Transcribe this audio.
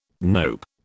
Nope